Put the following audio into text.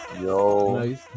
Yo